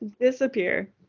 Disappear